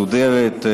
מסודרת,